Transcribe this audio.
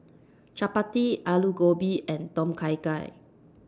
Chapati Alu Gobi and Tom Kha Gai